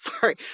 Sorry